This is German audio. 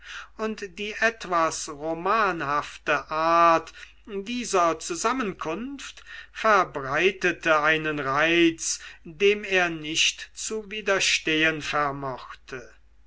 und die etwas romanhafte art dieser zusammenkunft verbreitete einen reiz dem er nicht zu widerstehen vermochte